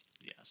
Yes